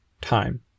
time